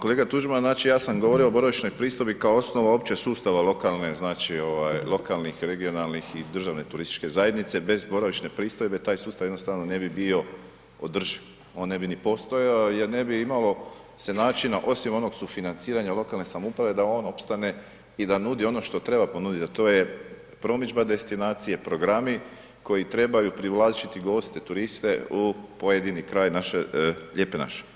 Kolega Tuđman, znači ja sam govorio o boravišnoj pristojbi, kao osnova općeg sustava znači lokalnih regionalnih i državne turističke zajednice, bez boravišne pristojbe, taj sustav jednostavno ne bi bio održiv, on ne bi ni postojao, jer ne bi imalo se načina, osim onog sufinanciranja lokalne samouprave, da on opstane i da nudi ono što treba ponuditi, a to je promidžba destinacija, programi koji trebaju privlačiti goste, turiste u pojedini kraj Lijepe naše.